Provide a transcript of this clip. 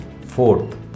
Fourth